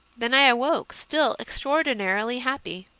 then i awoke, still extraor dinarily happy.